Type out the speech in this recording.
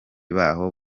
baho